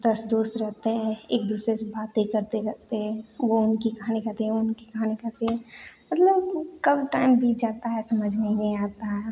दस दोस्त रहते हैं एक दूसरे से बातें करते करते वो उनकी कहानी कहते हैं वो उनकी कहानी कहते हैं मतलब कब टाइम बीत जाता है समझ में ही नहीं आता है